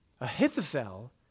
Ahithophel